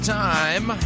time